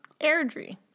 Airdrie